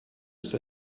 ist